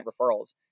referrals